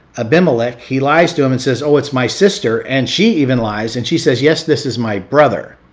abimelech. he lies to him and says, oh, it's my sister. and she even lies and she says, yes, this is my brother.